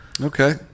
okay